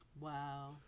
Wow